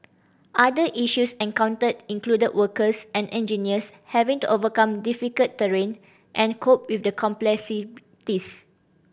other issues encountered included workers and engineers having to overcome difficult terrain and cope with the complexities